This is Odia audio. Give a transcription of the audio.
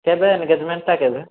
କେବେ ଏନଗେଜମେଣ୍ଟଟା କେବେ